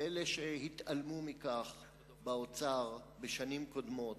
ואלה שהתעלמו מכך באוצר בשנים קודמות,